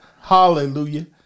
Hallelujah